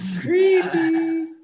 Creepy